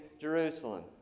Jerusalem